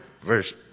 verse